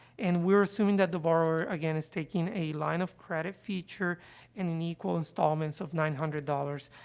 and we're assuming that the borrower, again, is taking a line-of-credit feature in in equal installments of nine hundred dollars,